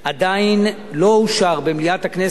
עדיין לא אושר במליאת הכנסת,